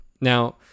Now